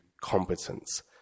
competence